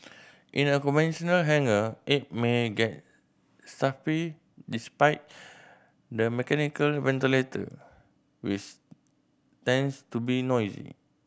in a conventional hangar it may get stuffy despite the mechanical ventilator tends to be noisy